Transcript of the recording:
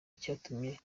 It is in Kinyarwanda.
icyatumye